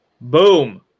boom